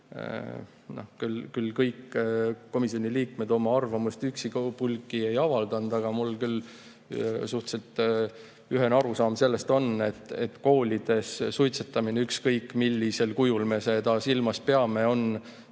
Kõik komisjoni liikmed oma arvamust üksipulgi ei avaldanud, aga mul on küll suhteliselt ühene arusaam sellest, et koolides on suitsetamine, ükskõik millisel kujul me seda silmas peame,